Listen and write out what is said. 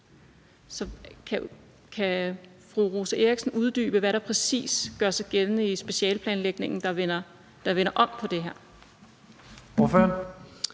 Så kan fru Rosa Eriksen uddybe, hvad der præcis gør sig gældende i specialeplanlægningen, der vender om på det her?